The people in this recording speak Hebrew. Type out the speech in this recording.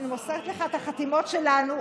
אני מוסרת לך את החתימות שלנו.